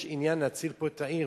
יש עניין להציל את העיר,